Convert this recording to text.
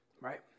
Right